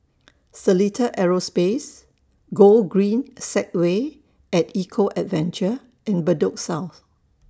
Seletar Aerospace Gogreen Segway At Eco Adventure and Bedok South